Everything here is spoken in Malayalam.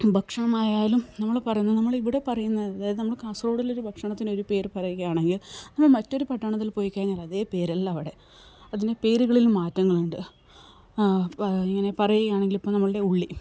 ഭക്ഷണമായാലും നമ്മൾ പറയുന്നത് നമ്മളിവിടെ പറയുന്നത് അതായത് നമ്മൾ കാസർഗോഡ് ഭക്ഷണത്തിനു ഒരു പേര് പറയുകയാണെങ്കിൽ മറ്റൊരു പട്ടണത്തിൽ പോയി കഴിഞ്ഞാൽ അതേ പേരല്ല അവിടെ അതിനു പേരുകളിൽ മാറ്റങ്ങളുണ്ട് ഇങ്ങനെ പറയുകയാണെങ്കിൽ ഇപ്പോൾ നമ്മളുടെ ഉള്ളി